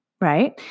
right